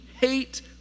hate